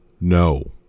no